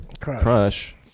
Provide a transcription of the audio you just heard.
crush